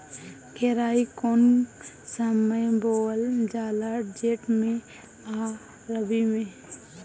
केराई कौने समय बोअल जाला जेठ मैं आ रबी में?